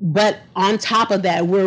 but on top of that we're